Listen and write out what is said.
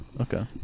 Okay